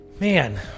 man